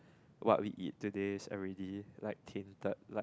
what we eat today is already like tainted like